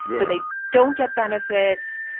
so they don't get benefits.